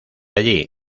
allí